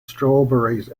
strawberries